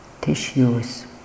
tissues